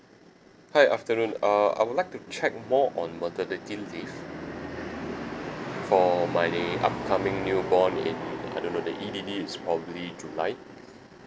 hi afternoon uh I would like to check more on maternity leave for my upcoming new born baby I don't know the E_D_D is probably july